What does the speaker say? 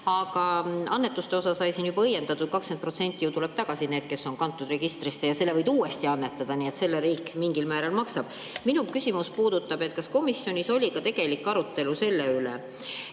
Aga annetuste osa sai siin juba õiendatud: 20% ju tuleb tagasi, kui on kantud registrisse, ja selle võid uuesti annetada, siin riik mingil määral maksab. Minu küsimus puudutab seda, kas komisjonis oli ka arutelu selle üle,